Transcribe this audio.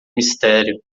mistério